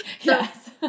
Yes